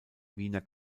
wiener